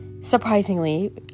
Surprisingly